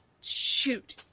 Shoot